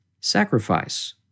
Sacrifice